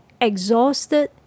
exhausted